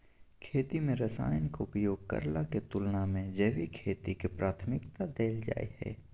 खेती में रसायन के उपयोग करला के तुलना में जैविक खेती के प्राथमिकता दैल जाय हय